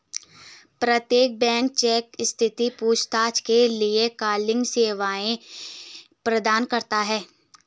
प्रत्येक bank cheque स्थिति पूछताछ के लिए कॉलिंग सेवा प्रदान करता हैं